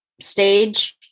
stage